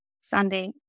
Sunday